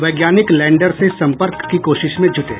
वैज्ञानिक लैंडर से संपर्क की कोशिश में जुटे